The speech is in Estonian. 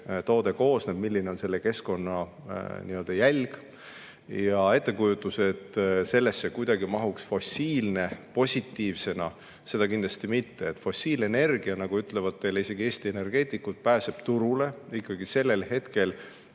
toode koosneb, milline on selle keskkonna[jala]jälg. Ettekujutus, et kuidagi mahuks fossiil[energia turule] positiivsena – seda kindlasti mitte. Fossiilenergia, nagu ütlevad teile isegi Eesti energeetikud, pääseb turule ikkagi sellel hetkel,